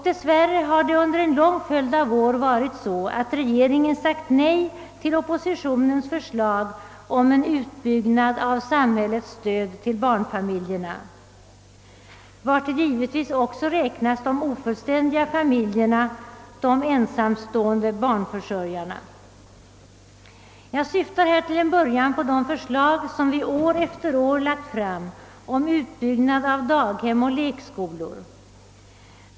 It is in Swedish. Dess värre har det under en lång följd av år varit så, att regeringen sagt nej till oppositionens förslag om en utbyggnad av samhällets stöd till barnfamiljerna, vartill givetvis också räknas de ofullständiga familjerna, de ensamstående barnförsörjarna. Jag syftar här på de förslag som vi år efter år lagt fram om utbyggnad av daghem och lekskolor.